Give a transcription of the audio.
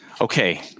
Okay